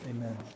Amen